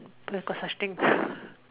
where got such things